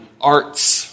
arts